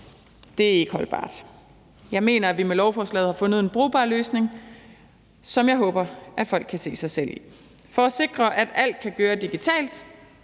Det er ikke holdbart. Jeg mener, at vi med lovforslaget har fundet en brugbar løsning, som jeg håber at folk kan se sig selv i. For at sikre, at alt kan køre digitalt,